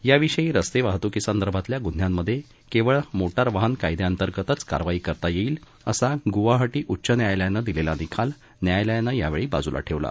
याविषयी रस्ते वाहतुकीसंदर्भातल्या गुन्ह्यांमध्ये केवळ मोटारवाहन कायद्याअंतर्गतच कारवाई करता येईल असा गुवाहाटी उच्च न्यायालयानं दिलेला निकाल न्यायालयानं यावेळी बाजुला ठेवला